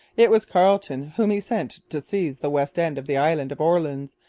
it was carleton whom he sent to seize the west end of the island of orleans,